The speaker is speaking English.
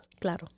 Claro